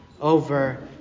over